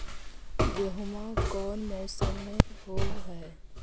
गेहूमा कौन मौसम में होब है?